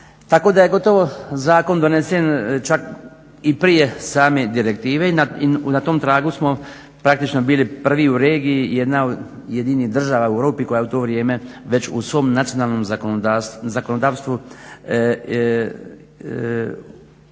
Tako da je gotovo zakon donesen čak i prije same direktive i na tom tragu smo praktično bili prvi u regiji, jedini od država u Europi koja je u to vrijeme već u svom nacionalnom zakonodavstvu transponirala